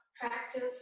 practice